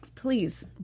Please